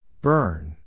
Burn